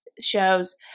shows